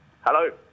Hello